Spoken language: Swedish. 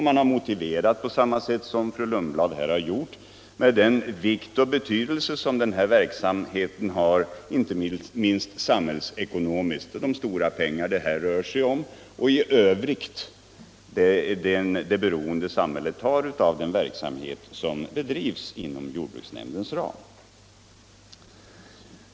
Man har motiverat det på samma sätt som fru Lundblad här har gjort med den betydelse som denna verksamhet har, inte minst samhällsekonomiskt, de stora summor det här rör sig om och i övrigt det beroende samhället har av den verksamhet som bedrivs inom jordbruksnämndens ram.